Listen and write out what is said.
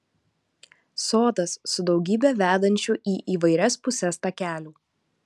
sodas su daugybe vedančių į įvairias puses takelių